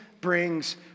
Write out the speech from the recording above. brings